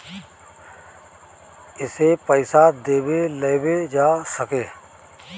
एसे पइसा देवे लेवे जा सके